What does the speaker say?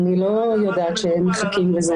אני לא יודעת שמחכים לזה.